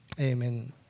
Amen